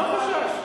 מה החשש?